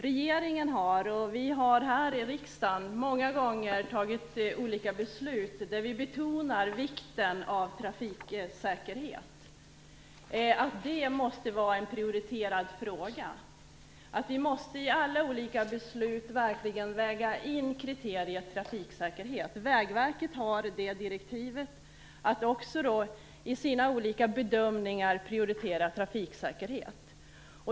Regeringen och vi här i riksdagen har många gånger fattat olika beslut där vi betonar vikten av trafiksäkerhet och att det måste vara en prioriterad fråga. I alla olika beslut måste vi verkligen väga in kriteriet trafiksäkerhet. Vägverket har direktivet att prioritera trafiksäkerheten i sina olika bedömningar.